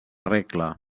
regla